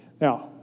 Now